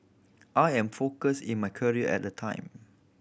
I am focused in my career at the time